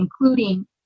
including